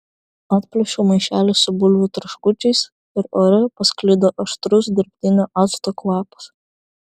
atplėšiau maišelį su bulvių traškučiais ir ore pasklido aštrus dirbtinio acto kvapas